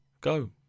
go